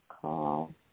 Call